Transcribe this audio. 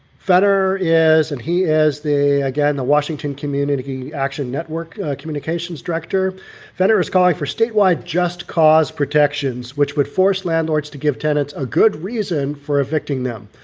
fetter is and he is the, again, the washington community action network communications director ventura is calling for statewide just cause protections which would force landlords to give tenants a good reason for evicting them.